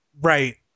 Right